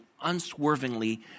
unswervingly